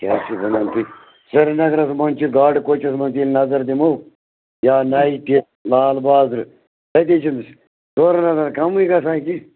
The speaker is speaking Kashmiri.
کیٛاہ چھِو وَنان تُہۍ سری نَگرَس منٛز چھِ گاڈٕ کوچَس منٛز ییٚلہِ نَظر دِمو یا نایٹہِ لال بازرٕ تٔتی چھِنہٕ ژورن ہتن کَمٕے گژھان کیٚنٛہہ